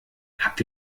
habt